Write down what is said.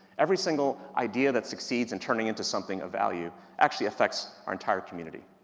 every single idea that succeeds in turning into something of value actually affects our entire community.